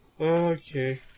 Okay